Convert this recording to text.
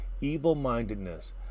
evil-mindedness